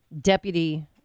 Deputy